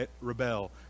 rebel